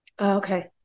okay